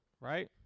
right